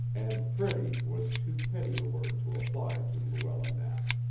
and pretty was too petty a word to apply to luella knapp.